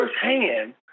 firsthand